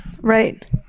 right